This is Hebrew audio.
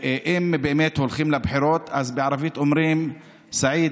אם באמת הולכים לבחירות, אז בערבית אומרים, סעיד: